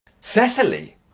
Cecily